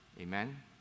Amen